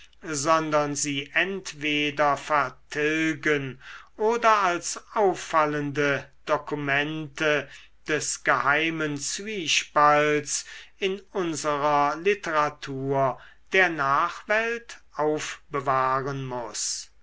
sondern sie entweder vertilgen oder als auffallende dokumente des geheimen zwiespalts in unserer literatur der nachwelt aufbewahren muß